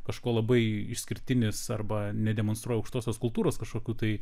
kažkuo labai išskirtinis arba nedemonstruoja aukštosios kultūros kažkokių tai